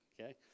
okay